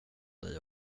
dig